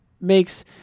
makes